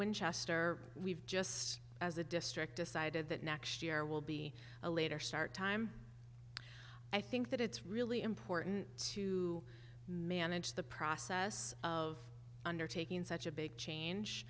winchester we've just as a district decided that next year will be a later start time i think that it's really important to manage the process of undertaking such a big change